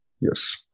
Yes